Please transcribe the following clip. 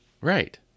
Right